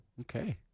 okay